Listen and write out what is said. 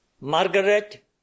Margaret